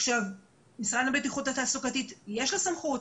משרד הבטיחות התעסוקתית, יש לו סמכות?